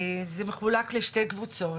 זה מחולק לשתי קבוצות.